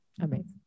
Amazing